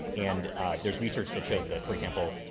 and there's research that shows that, for example,